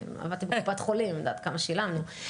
עבדתי בקופת חולים ואני יודעת כמה שילמנו.